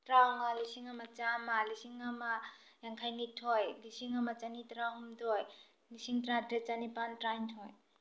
ꯇꯔꯥꯃꯉꯥ ꯂꯤꯁꯤꯡ ꯑꯃ ꯆꯥꯃ ꯂꯤꯁꯤꯡ ꯑꯃ ꯌꯥꯡꯈꯩꯅꯤꯊꯣꯏ ꯂꯤꯁꯤꯡ ꯑꯃ ꯆꯅꯤ ꯇꯔꯥꯍꯨꯝꯗꯣꯏ ꯂꯤꯁꯤꯡ ꯇꯔꯥꯇꯦꯠ ꯆꯅꯤꯄꯥꯜ ꯇꯔꯥꯅꯤꯊꯣꯏ